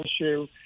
issue